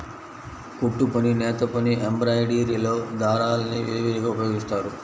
కుట్టుపని, నేతపని, ఎంబ్రాయిడరీలో దారాల్ని విరివిగా ఉపయోగిస్తారు